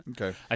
Okay